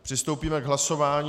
Přistoupíme k hlasování.